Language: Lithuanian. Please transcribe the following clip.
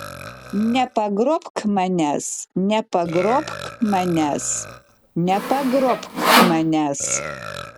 nepagrobk manęs nepagrobk manęs nepagrobk manęs